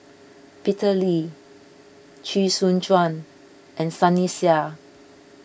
Peter Lee Chee Soon Juan and Sunny Sia